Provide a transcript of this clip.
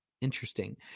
Interesting